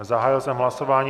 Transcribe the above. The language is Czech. Zahájil jsem hlasování.